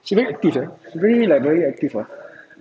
she very active ah she very like very active ah